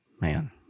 man